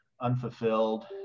unfulfilled